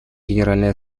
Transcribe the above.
генеральной